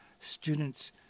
students